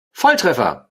volltreffer